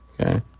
Okay